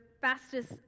fastest